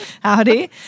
Howdy